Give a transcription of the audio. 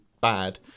bad